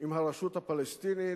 עם הרשות הפלסטינית,